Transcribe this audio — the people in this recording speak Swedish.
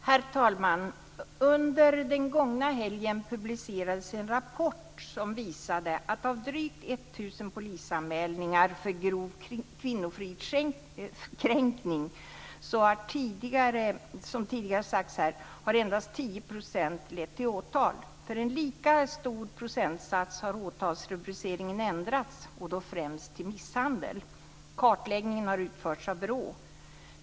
Herr talman! Under den gångna helgen publicerades en rapport som visar att av drygt 1 000 polisanmälningar för grov kvinnofridskränkning har, som tidigare sagts här, endast 10 % lett till åtal. För samma procentsats har åtalsrubriceringen ändrats, främst till misshandel. Kartläggningen har utförts av BRÅ.